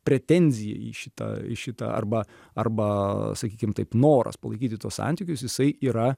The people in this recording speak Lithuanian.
pretenzijai į šitą į šitą arba arba sakykim taip noras palaikyti tuos santykius jisai yra